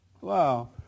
Wow